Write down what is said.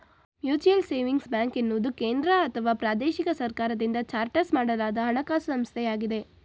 mutual savings bank ಎನ್ನುವುದು ಕೇಂದ್ರಅಥವಾ ಪ್ರಾದೇಶಿಕ ಸರ್ಕಾರದಿಂದ ಚಾರ್ಟರ್ ಮಾಡಲಾದ ಹಣಕಾಸು ಸಂಸ್ಥೆಯಾಗಿದೆ